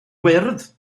wyrdd